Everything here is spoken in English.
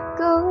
go